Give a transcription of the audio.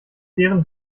deren